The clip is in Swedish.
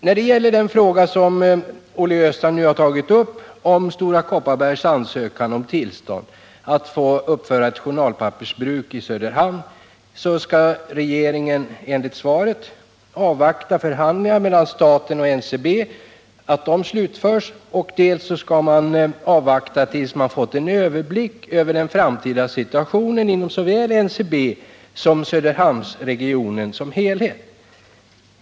När det gäller den fråga Olle Östrand och jag tagit upp, nämligen Stora Kopparbergs ansökan om tillstånd att uppföra ett journalpappersbruk i Söderhamn, skall regeringen enligt svaret dels avvakta att förhandlingar mellan staten och NCB slutförs, dels avvakta tills man fått en överblick över den framtida situationen inom såväl NCB som Söderhamnsregionen som helhet.